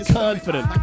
confident